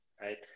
right